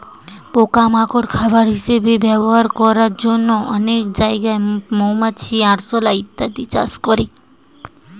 পোকা মাকড় খাবার হিসাবে ব্যবহার করবার জন্যে অনেক জাগায় মৌমাছি, আরশোলা ইত্যাদি চাষ করছে